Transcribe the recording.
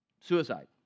suicide